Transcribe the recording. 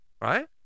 right